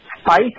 spice